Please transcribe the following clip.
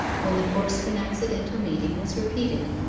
when the farce of an accidental meeting was repeated.